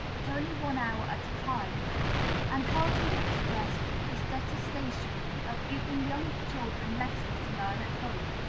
but only one hour at a time and heartily expressed his detestation of giving young children lessons to learn at home.